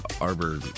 arbor